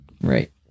Right